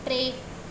टे